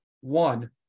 one